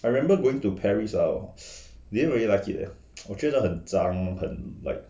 I remember going to paris um didn't really like it eh 我觉得很脏很